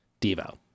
Devo